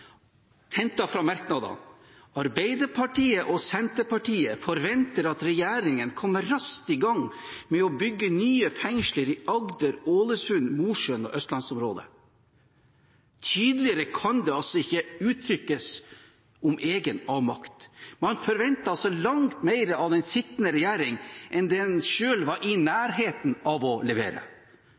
fra merknadene: Arbeiderpartiet og Senterpartiet forventer at regjeringen kommer raskt i gang med å bygge nye fengsler i Agder, Ålesund, Mosjøen og Østlandsområdet. Tydeligere kan ikke egen avmakt uttrykkes. Man forventer altså langt mer av den sittende regjering enn det en selv var i nærheten av å levere.